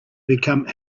become